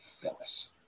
Phyllis